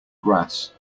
grass